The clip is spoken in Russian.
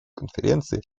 конференции